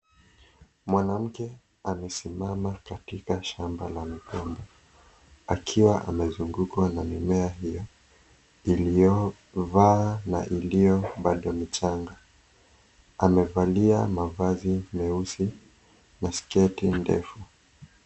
Mwanamke amesimama katika shamba la migomba akiwa amezungukwa na mimea hiyo, iliyoiva na iliyo bado michanga. Amevalia mavazi meusi na sketi ndefu.